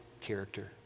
character